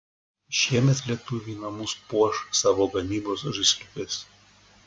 šiemet lietuviai namus puoš savos gamybos žaisliukais